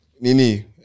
nini